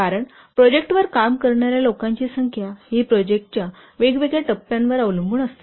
कारण प्रोजेक्टवर काम करणार्या लोकांची संख्या ही प्रोजेक्टच्या वेगवेगळ्या टप्प्यांवर अवलंबून असते